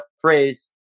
phrase